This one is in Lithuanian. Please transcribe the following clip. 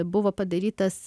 buvo padarytas